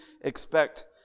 expect